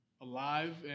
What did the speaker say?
alive